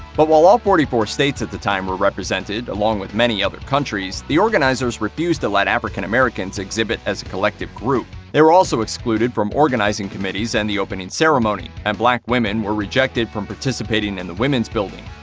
but while all forty four states at the time were represented, along with many other countries, the organizers refused to let african americans exhibit as a collective group. they were also excluded from organizing committees and the opening ceremony, and black women were rejected from participating in and the women's building.